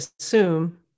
assume